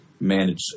manage